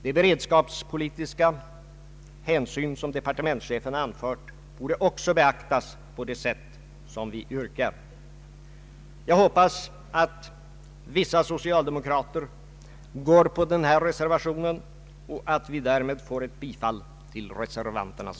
Att bygga ut familjedaghemsverksamheten så som statsrådet antydde är enligt min uppfattning en lycklig lösning.